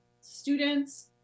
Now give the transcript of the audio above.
students